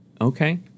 Okay